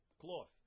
cloth